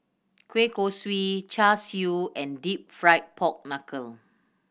kueh kosui Char Siu and Deep Fried Pork Knuckle